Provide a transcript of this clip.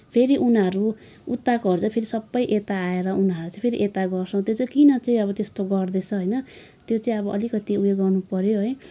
फेरि उनीहरू उताकोहरू चाहिँ सबै यता आएर उनीहरू चाहिँ फेरि यता गर्छ त्यो चाहिँ किन चाहिँ अब त्यस्तो गर्दैछ होइन त्यो चाहिँ अब अलिकति उयो गर्नु पऱ्यो है